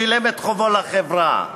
שילם את חובו לחברה.